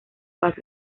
paz